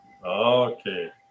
okay